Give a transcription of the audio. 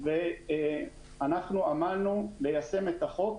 ואנחנו עמלנו ליישם את החוק